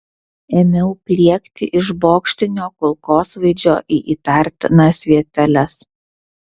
ėmiau pliekti iš bokštinio kulkosvaidžio į įtartinas vieteles